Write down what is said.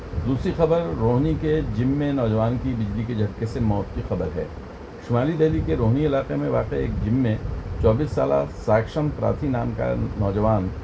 دوسری خبر روہنی کے جم میں نوجوان کی بجلی کے جھٹکے سے موت کی خبر ہے شمالی دہلی کے روہنی علاقے میں واقع ایک جم میں چوبیس سالہ ساکشم پراتھی نام کا نوجوان